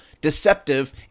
deceptive